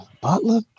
Butler